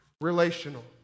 relational